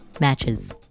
matches